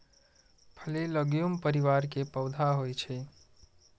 फली लैग्यूम परिवार के पौधा होइ छै